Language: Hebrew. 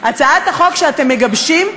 הצעת החוק שאתם מגבשים,